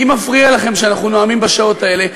אם מפריע לכם שאנחנו נואמים בשעות האלה,